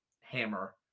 hammer